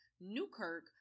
Newkirk